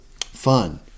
fun